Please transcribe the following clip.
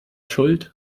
schuld